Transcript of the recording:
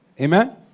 Amen